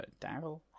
Daryl